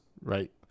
right